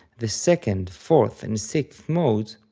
the second, fourth and sixth modes,